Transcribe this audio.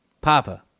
papa